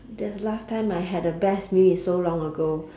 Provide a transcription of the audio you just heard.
the last time I had a best meal is so long ago